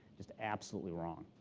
just absolutely wrong,